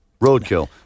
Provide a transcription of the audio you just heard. Roadkill